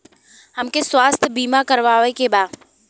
हमके स्वास्थ्य बीमा करावे के बा?